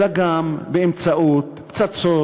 אלא גם באמצעות פצצות,